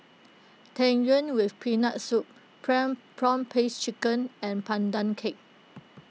Tang Yuen with Peanut Soup Prawn Prawn Paste Chicken and Pandan Cake